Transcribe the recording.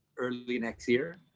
early next year.